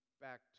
back